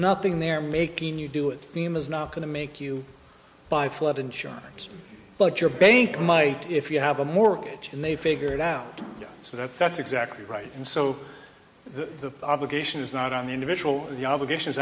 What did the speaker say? nothing there making you do it theme is not going to make you buy flood insurance but your bank might if you have a mortgage and they figure it out so that that's exactly right and so the obligation is not on the individual the obligation